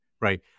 Right